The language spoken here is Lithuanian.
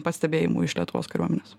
pastebėjimų iš lietuvos kariuomenės